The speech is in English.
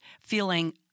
feeling